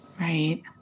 right